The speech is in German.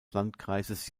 landkreises